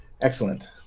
Excellent